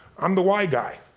i'm the why guy.